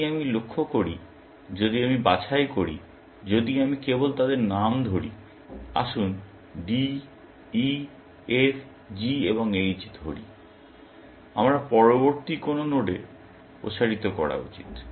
যদি আমি লক্ষ্য করি যদি আমি বাছাই করি যদি আমি কেবল তাদের নাম ধরি আসুন D E F G এবং H ধরি আমার পরবর্তী কোন নোডে প্রসারিত করা উচিত